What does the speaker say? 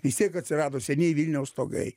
vis tiek atsirado senieji vilniaus stogai